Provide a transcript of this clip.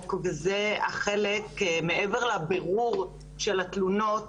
וזה החלק שמעבר לבירור של התלונות,